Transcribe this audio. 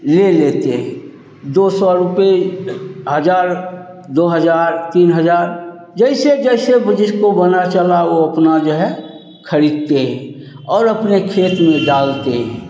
ले लेते हैं दो सौ रुपये हज़ार दो हज़ार तीन हज़ार जैसे जैसे जिसको बना चला वे अपना जो है ख़रीदते हैं और अपने खेत में डालते हैं